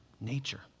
nature